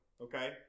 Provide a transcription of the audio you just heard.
Okay